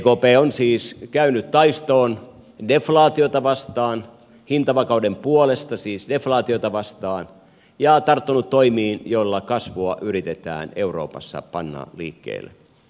ekp on siis käynyt taistoon deflaatiota vastaan hintavakauden puolesta siis deflaatiota vastaan ja tarttunut toimiin joilla kasvua yritetään euroopassa panna liikkeelle